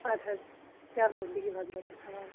اَدٕ حظ چَلو بیٚہو حظ رۄبس حَوال